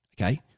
okay